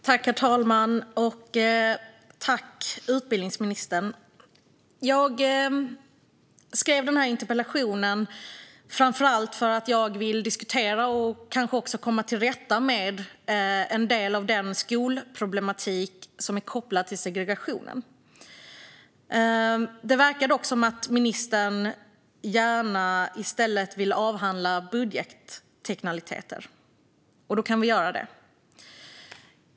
Herr talman! Jag skrev den här interpellationen framför allt för att jag vill diskutera och kanske också komma till rätta med en del av den skolproblematik som är kopplad till segregationen. Det verkar dock som att ministern gärna i stället vill avhandla budgetteknikaliteter - och då kan vi göra det.